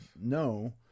no